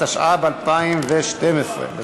התשע"ב 2012. בבקשה.